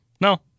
No